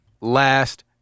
last